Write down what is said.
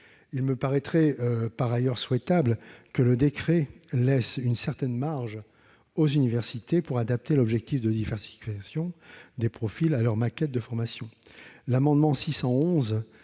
Il me paraîtrait par ailleurs souhaitable que le décret laisse une certaine marge aux universités pour adapter l'objectif de diversification des profils à leur maquette de formation.